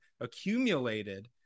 accumulated